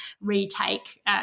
retake